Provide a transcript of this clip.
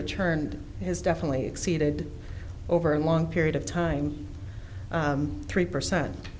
of turned has definitely exceeded over a long period of time three percent